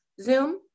Zoom